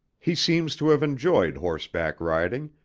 he seems to have enjoyed horseback riding,